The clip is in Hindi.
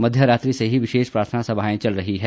मध्यरात्रि से ही विशेष प्रार्थना सभाएं चल रही हैं